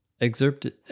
excerpted